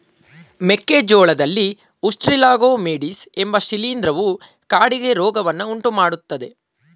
ಮೆಕ್ಕೆ ಜೋಳದಲ್ಲಿ Ustilago maydis ಎಂಬ ಶಿಲೀಂಧ್ರವು ಕಾಡಿಗೆ ರೋಗವನ್ನು ಉಂಟುಮಾಡ್ತದೆ